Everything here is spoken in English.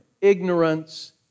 ignorance